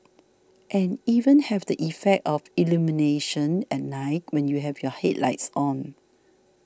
and even have the effect of illumination at night when you have your headlights on